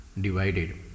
divided